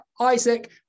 Isaac